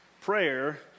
Prayer